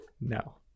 No